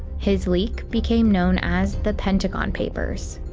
his leak became known as the pentagon papers.